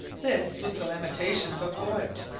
this was the lamentation of a poet.